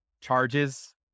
charges